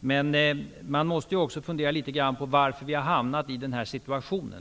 Men man måste också fundera litet grand på varför vi har hamnat i den här situationen.